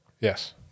Yes